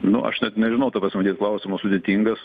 nu aš nežinau ta prasme matyt klausimas sudėtingas